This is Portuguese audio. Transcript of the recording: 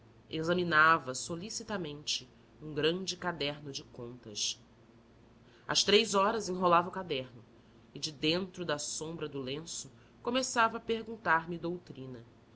manta examinava solicitamente um grande caderno de contas às três horas enrolava o caderno e de dentro da sombra do lenço começava a perguntar-me doutrina